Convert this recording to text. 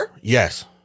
Yes